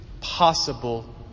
possible